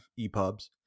EPUBs